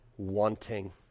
wanting